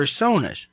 personas